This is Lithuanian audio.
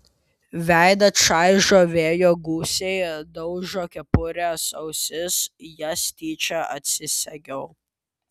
veidą čaižo vėjo gūsiai daužo kepurės ausis jas tyčia atsisegiau